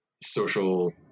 social